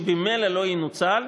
שממילא לא ינוצל,